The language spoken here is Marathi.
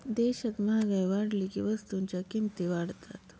देशात महागाई वाढली की वस्तूंच्या किमती वाढतात